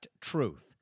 Truth